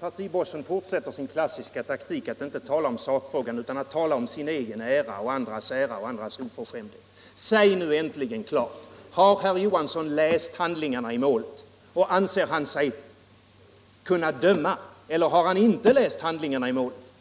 Herr talman! Partibossen fortsätter sin klassiska taktik att inte tala om sakfrågan utan att tala om sin egen ära, andras ära och andras oförskämdhet. Säg nu äntligen klart: Har herr Johansson i Malmö läst handlingarna i målet, och anser han sig kunna döma? Eller har han inte läst handlingarna i målet?